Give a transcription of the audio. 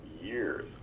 years